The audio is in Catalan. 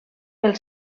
pel